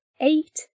eight